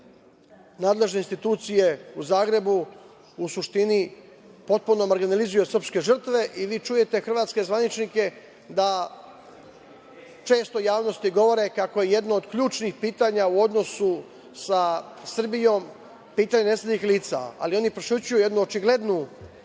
nadležne institucije u Zagrebu u suštini potpuno marginalizuju srpske žrtve i vi čujete hrvatske zvaničnike da često u javnosti govore kako je jedno od ključnih pitanja u odnosu sa Srbijom pitanje nestalih lica. Ali, oni prećutkuju jednu očiglednu